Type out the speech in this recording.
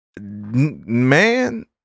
man